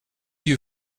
you